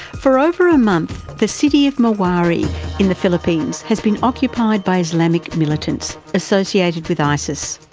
for over a month, the city of marwari in the philippines has been occupied by islamic militants associated with isis.